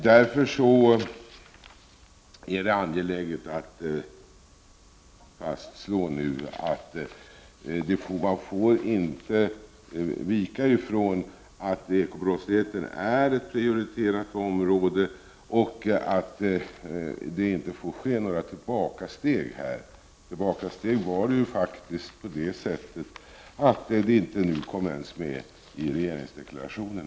Därför är det angeläget att fastslå att man inte får vika från inställningen att ekobrottsligheten är ett prioriterat område och att det inte får ske något tillbakasteg här. Tillbakasteg var det ju faktiskt på det sättet att det nu inte ens kom med i regeringsdeklarationen.